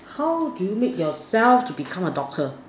how do you make yourself to become a doctor